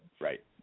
Right